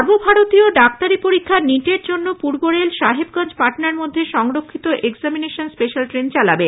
সর্বভারতীয় ডাক্তারি পরীক্ষা নিট এর জন্য পূর্ব রেল সাহেবগঞ্জ পাটনার মধ্যে সংরক্ষিত এক্সামিনেশন স্পেশাল ট্রেন চালাবে